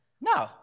No